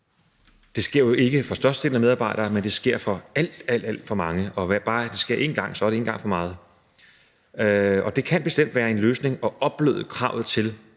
Det sker jo ikke for størstedelen af medarbejdere, men det sker for alt, alt for mange, og ved at det bare sker én gang, er det en gang for meget, og det kan bestemt være en løsning at opbløde kravet til,